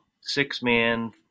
six-man